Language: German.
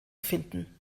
finden